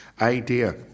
idea